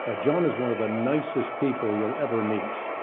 ah john is one of the nicest people you'll ever meet,